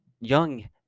young